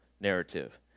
narrative